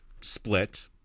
split